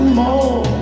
more